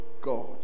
God